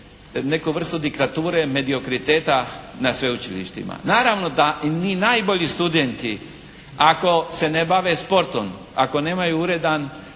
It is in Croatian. neku vrstu diktature, mediokriteta na sveučilištima. Naravno da ni najbolji studenti ako se ne bave sportom, ako nemaju uredan